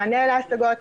מענה על ההסגות,